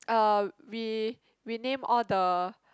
uh we we name all the